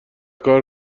کار